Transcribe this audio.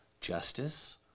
justice